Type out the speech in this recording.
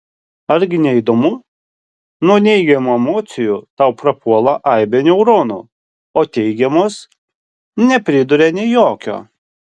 argi ne įdomu nuo neigiamų emocijų tau prapuola aibė neuronų o teigiamos nepriduria nė jokio